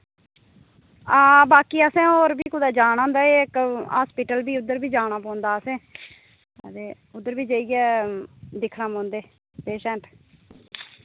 हां बाकि असें होर बी कुतै जाना होंदा एह् इक हास्पिटल बी उद्धर बी जाना पौंदा असें ते उद्धर बी जाइयै दिक्खना पौंदे पेशैंट